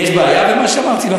יש בעיה במה שאמרתי?